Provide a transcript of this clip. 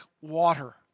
water